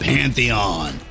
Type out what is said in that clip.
Pantheon